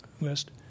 list